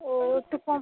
ও একটু কম